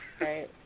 Right